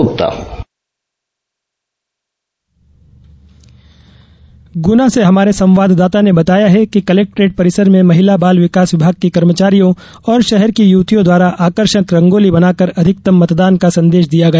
ग्ना से हमारे संवाददाता ने बताया है कि कलेक्ट्रेट परिसर में महिला बाल विकास विभाग की कर्मचारियों और शहर की युवतियों द्वारा आकर्षक रंगोली बनाकर अधिकतम मतदान का संदेश दिया गया